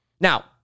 Now